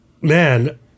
man